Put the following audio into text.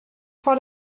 vor